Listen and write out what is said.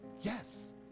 Yes